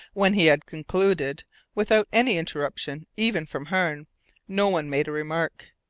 when he had concluded without any interruption even from hearne no one made a remark.